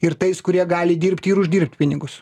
ir tais kurie gali dirbti ir uždirbt pinigus